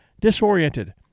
disoriented